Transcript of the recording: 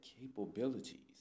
capabilities